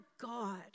God